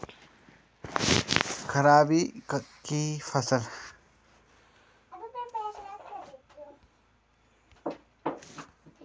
खरीफ की फसल कौन कौन सी होती हैं यह कब बोई जाती हैं?